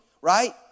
right